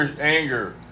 anger